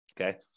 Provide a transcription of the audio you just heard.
Okay